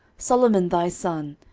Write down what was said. solomon thy son,